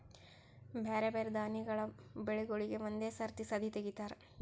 ಬ್ಯಾರೆ ಬ್ಯಾರೆ ದಾನಿಗಳ ಬೆಳಿಗೂಳಿಗ್ ಒಂದೇ ಸರತಿ ಸದೀ ತೆಗಿತಾರ